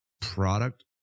product